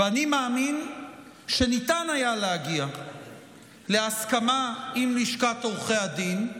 ואני מאמין שניתן היה להגיע להסכמה עם לשכת עורכי הדין,